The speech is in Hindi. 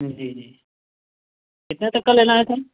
जी जी कितने तक का लेना है सर